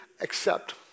accept